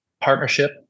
partnership